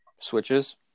Switches